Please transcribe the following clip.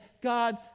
God